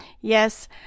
yes